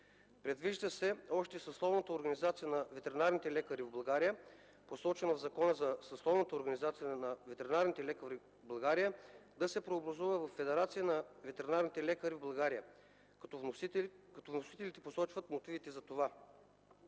Предвижда се още съсловната организация на ветеринарните лекари в България, посочена в Закона за съсловната организация на ветеринарните лекари в България, да се преобразува във Федерация на ветеринарните лекари в България (ФВЛБ), като вносителите посочват мотивите за това.